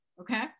Okay